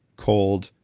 cold,